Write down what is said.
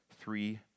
three